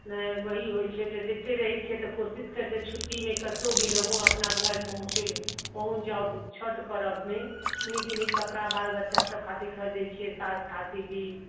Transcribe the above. नहि ओएह होइत छै तऽ जते रहैत छै तऽ कोशिश करैत छी जे छुट्टी नहि कतहुँ भी रहू अपना घर पर पहुँचे पहुँच जाउ छठ पर्वमे नीक नीक कपड़ा बाल बच्चा सब खातिर खरदैत छियै सास खातिर भी